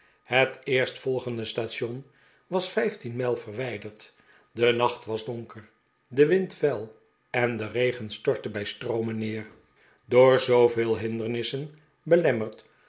het eerstvolgende station was vijftien mijl verwijderd de nacht was donker de wind fel en de regen stortte bij stroomen neer door zooveel hindernissen belemmerd